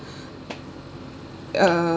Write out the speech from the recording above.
uh